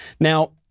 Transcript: Now